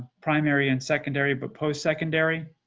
primary and secondary but post secondary